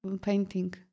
painting